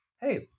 Hey